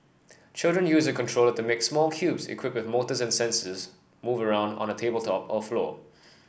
children use a controller to make small cubes equipped with motors and sensors move around on a tabletop or floor